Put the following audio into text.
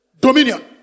Dominion